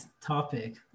topic